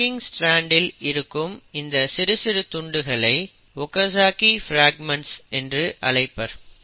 லகிங் strand இல் இருக்கும் இந்த சிறு சிறு துண்டுகளை ஒகஜக்கி பிராக்மெண்ட்ஸ் என்று அழைப்பர்